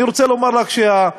אני רוצה לומר רק שהסמכויות